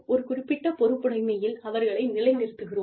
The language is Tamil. ஒரு குறிப்பிட்ட பொறுப்புடைமையில் அவர்களை நிலைநிறுத்துகிறோம்